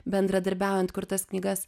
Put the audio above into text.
bendradarbiaujant kurtas knygas